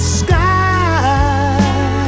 sky